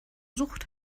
sucht